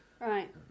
Right